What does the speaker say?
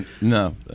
No